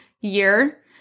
year